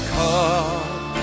come